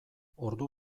ordu